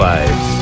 Lives